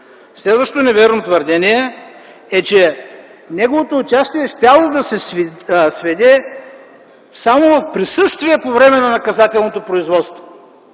Следващото невярно твърдение е, че неговото участие щяло да се сведе само в присъствие по време на наказателното производство.